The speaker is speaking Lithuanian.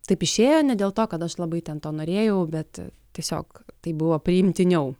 taip išėjo ne dėl to kad aš labai ten to norėjau bet tiesiog tai buvo priimtiniau